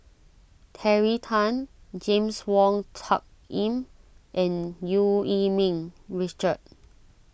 Terry Tan James Wong Tuck Yim and Eu Yee Ming Richard